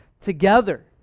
together